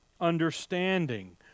understanding